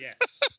Yes